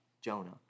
Jonah